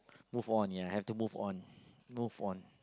move on ya I have to move on move on